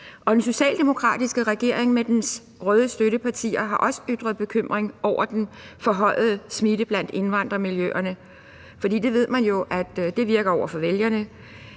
Den socialdemokratiske regering med dens røde støttepartier har også ytret bekymring over den forhøjede smitte i indvandrermiljøerne, for det ved man jo virker over for vælgerne.